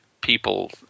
people